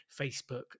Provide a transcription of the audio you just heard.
Facebook